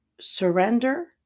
surrender